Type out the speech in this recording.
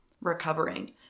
recovering